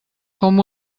com